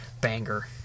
Banger